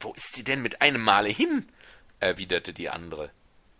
wo ist sie denn mit einem male hin erwiderte die andre